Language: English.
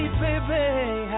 baby